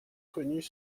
connues